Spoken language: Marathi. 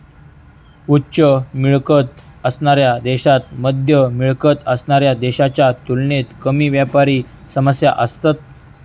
उच्च मिळकत असणाऱ्या देशांत मध्यम मिळकत असणाऱ्या देशांच्या तुलनेत कमी व्यापारी समस्या असतत